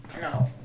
No